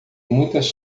muitas